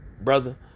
brother